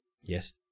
Yes